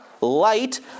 light